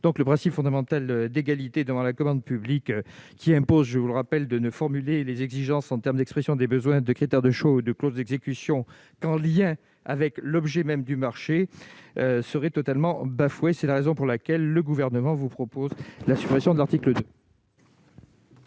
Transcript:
Le principe fondamental d'égalité devant la commande publique, qui impose de ne formuler d'exigence en termes d'expression des besoins, de critères de choix et de clauses d'exécution qu'en lien avec l'objet du marché, serait totalement bafoué. C'est la raison pour laquelle le Gouvernement vous propose la suppression de l'article 2.